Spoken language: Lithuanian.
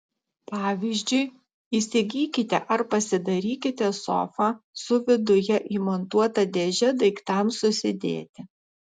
pavyzdžiui įsigykite ar pasidarykite sofą su viduje įmontuota dėže daiktams susidėti